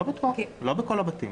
לא בכל הבתים.